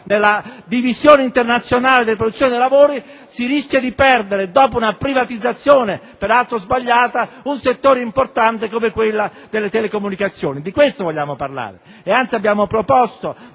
nella divisione internazionale della produzione dei lavori. Si rischia di perdere, dopo una privatizzazione peraltro sbagliata, un settore importante come quello delle telecomunicazioni. Di questo vogliamo parlare ed infatti abbiamo avanzato,